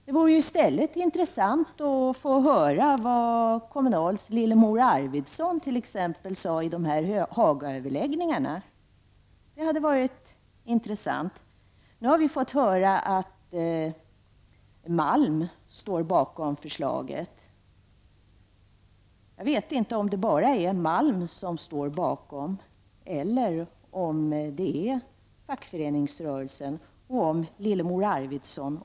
Det vore i stället mera intressant att få höra vad t.ex. Kommunals Lillemor Arvidsson sade i Hagaöverläggningarna. Vi har nu fått höra att Stig Malm står bakom förslaget, men jag vet inte om det bara är han som gör det eller om också fackföreningsrörelsen i dess helhet, inkl.